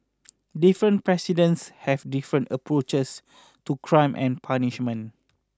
different presidents have different approaches to crime and punishment